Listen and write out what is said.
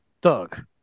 Doug